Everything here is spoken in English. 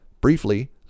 Briefly